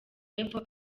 y’epfo